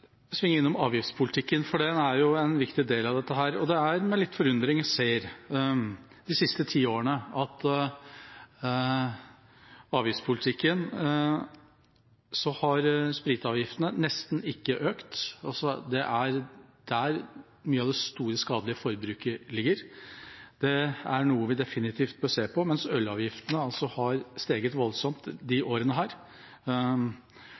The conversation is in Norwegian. svinge innom avgiftspolitikken, for den er en viktig del av dette. Det er med litt forundring jeg ser at de siste ti årene har spritavgiftene nesten ikke økt. Det er der mye av det store, skadelige forbruket ligger. Det er noe vi definitivt bør se på. Ølavgiftene har steget voldsomt i disse årene. Jeg synes det er